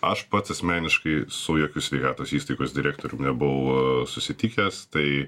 aš pats asmeniškai su jokiu sveikatos įstaigos direktoriumi nebuvau susitikęs tai